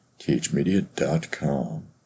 thmedia.com